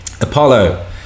Apollo